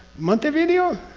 montevideo?